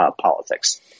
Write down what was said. politics